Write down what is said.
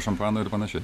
šampano ir panašiai